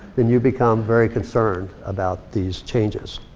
then you become very concerned about these changes.